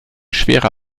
schwerer